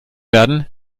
werden